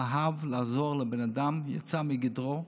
אהב לעזור לבני אדם, יצא מגדרו,